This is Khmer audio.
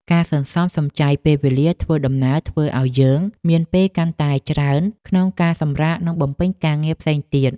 ការសន្សំសំចៃពេលវេលាធ្វើដំណើរធ្វើឱ្យយើងមានពេលកាន់តែច្រើនក្នុងការសម្រាកនិងបំពេញការងារផ្សេងទៀត។